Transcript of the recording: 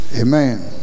amen